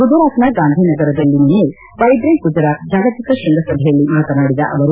ಗುಜರಾತ್ನ ಗಾಂಧಿನಗರದಲ್ಲಿ ನಿನ್ನೆ ವೈಬ್ರೆಂಟ್ ಗುಜರಾತ್ ಜಾಗತಿಕ ಶೃಂಗಸಭೆಯಲ್ಲಿ ಮಾತನಾಡಿದ ಅವರು